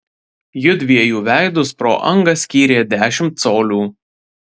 jųdviejų veidus pro angą skyrė dešimt colių